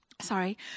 Sorry